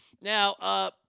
Now